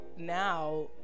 now